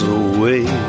away